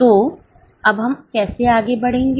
तो अब हम कैसे आगे बढ़ेंगे